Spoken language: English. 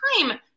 time